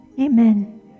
amen